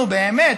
נו, באמת,